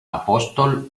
apóstol